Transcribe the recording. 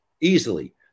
easily